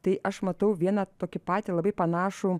tai aš matau vieną tokį patį labai panašų